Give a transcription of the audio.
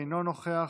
אינו נוכח,